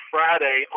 Friday